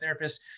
therapists